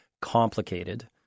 complicated